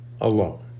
alone